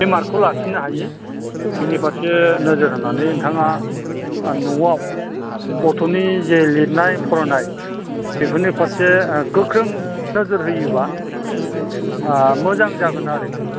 बे मार्कखौ लाखिनो हायो बेनि फारसे नोजोर होनानै नोंथाङा न'आव गथ'नि जि लिरनाय फरायनाय बेफोरनि फारसे गोख्रों नोजोर होयोबा मोजां जागोन आरोखि